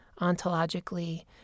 ontologically